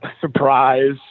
surprise